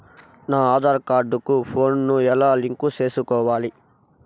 నా ఆధార్ కార్డు కు ఫోను ను ఎలా లింకు సేసుకోవాలి?